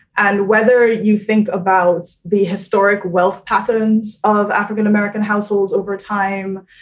and whether you think about the historic wealth patterns of african-american households over time,